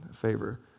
favor